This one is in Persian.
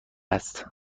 است